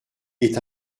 est